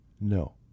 no